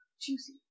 juicy